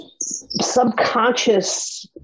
subconscious